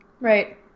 Right